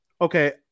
Okay